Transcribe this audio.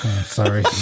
Sorry